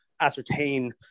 ascertain